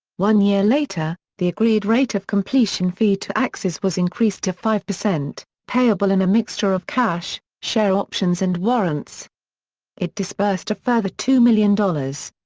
one year later, the agreed rate of completion fee to axes was increased to five percent, payable in a mixture of cash, share options and warrants it disbursed a further two million dollars.